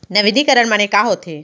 नवीनीकरण माने का होथे?